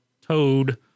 toad